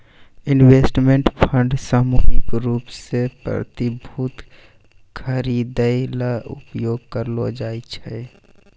investment fund सामूहिक रूप सें प्रतिभूति खरिदै ल उपयोग करलो जाय छै